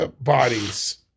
bodies